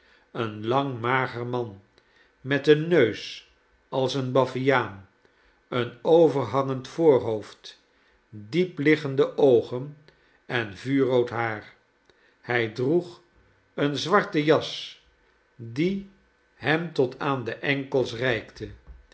een lang mager man met een neus als een baviaan een overhangend voorhoofd diep liggende oogen en vuurrood haar hij droeg een zwarten jas die hem tot aan de enkels reikte